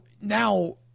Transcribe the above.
now